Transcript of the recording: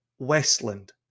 westland